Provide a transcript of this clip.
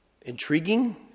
intriguing